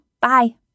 Bye